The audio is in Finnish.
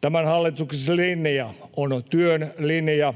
Tämän hallituksen linja on työn linja.